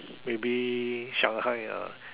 maybe Shanghai ah